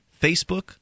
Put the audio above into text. Facebook